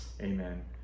amen